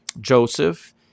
Joseph